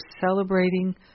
celebrating